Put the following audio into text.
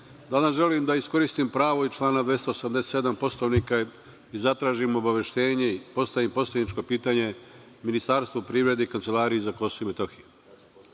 danas želim da iskoristim pravo iz člana 287. Poslovnika i zatražim obaveštenje i postavim poslaničko pitanje Ministarstvu privrede i Kancelariji za KiM. U pitanju